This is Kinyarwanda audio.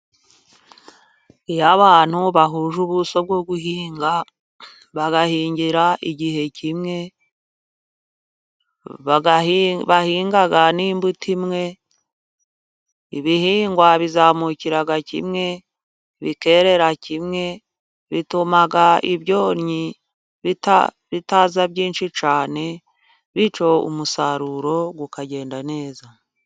Iyo abantu bahuje ubuso bwo guhinga, bagahingira igihe kimwe, bahinga n'imbuto imwe, ibihingwa bizamukira kimwe bikererera kimwe, bituma ibyonnyi bitaza byinshi cyane, bityo umusaruro ukagenda neza.